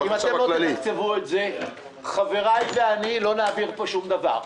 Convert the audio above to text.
אם אתם לא תתקצבו את זה אז חבריי ואני לא נעביר פה שום דבר.